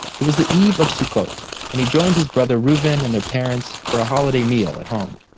it was the eve of sukkot and he joined his brother reuven and their parents for a holiday meal at home.